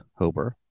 Hober